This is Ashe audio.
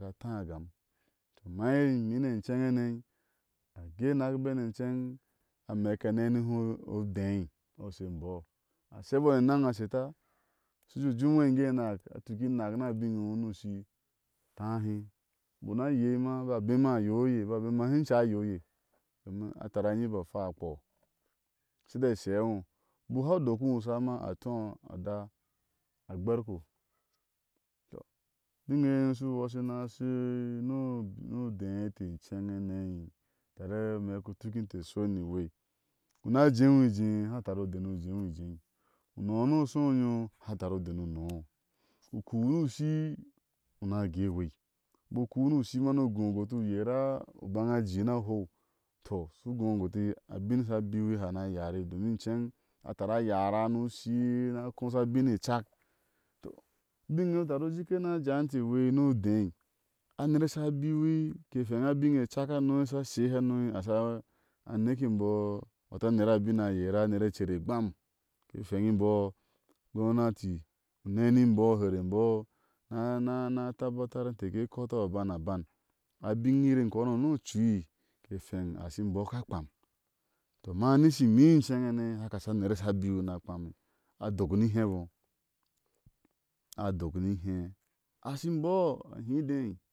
A jea tá a gam. tɔ ama hari im ne incenhane age e nak be ne icen a mek a ne ni ho odé oshe mbɔɔ ashebɔɔ ni eneŋ a sheta u shu je u jeu u nwe in ge e nak a tuk i inak ni a bine mo ni ushii a táhe u biku ni a ayea ma aba a bema a yea oye aba abema a hinca yea o oye domin a a tari a nyi mbɔɔ a hwa akps akai. dae she ino u bik haŋu u dok i ino u saa ma a tu a ada a gberko u biŋe e iye nyom shu washi na a shɔi ni ode nte m ceneŋ hane tari a mek ka tuk inte iwei una jeea u i je haŋ u tari ude ni u jeeoi i jee unɔɔ ni u shɔ onyɔ uhau tari ude ni uunɔɔ ino u kuu ni ushii uni a gui iwei ubuk u kuu ni ushii ma ni u gó guti uera u bana a jii ni a hou tɔ u shu gó guti a bin sha a biwi ha a ni a yaari domin in meeŋ a tori a yaara ni ushii ni a kó shá a. bin e ecak. tɔnubinne e iye tari u jika ni a jaai inte iwei ni odei aner sha abiwi ke feŋ a bine e eak hano sha a she hano, a shi a a neke imbɔɔ wato a ner a bin a yera aner e icer egbam ke feŋ imbɔɔ u gonati u nɛne imbɔɔ hari imbɔɔ ha nana na tabatar inte ke kɔtɔ a ban a ban. a bin u uere inkononi ni ocui ke feŋ ashi imbɔɔ a ka kpam tɔ ama ni shi imi in ceneŋha ne a aka aha a ner sha abiwi a ni a kpami a dok ni he bɔɔ a adok ni he? Ashi imbɔɔ a hide